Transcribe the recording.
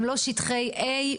גם לא שטחי A,